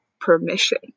permission